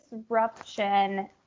disruption